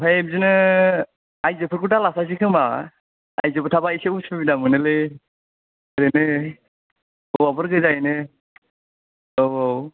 आमफ्राय बिदिनो आयजोफोरखौ दालाफासै खोमा आयजोफोर थाबा एसे उसुबिदा मोनोलै ओरैनो हौवाफोर गोजायैनो औ औ